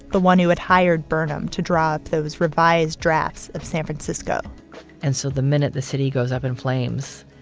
the one who had hired burnham to draw up those revised drafts of san francisco and so the minute the city goes up in flames,